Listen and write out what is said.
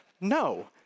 No